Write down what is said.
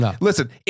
listen